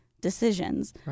decisions